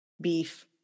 beef